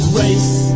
race